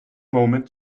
moment